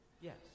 Yes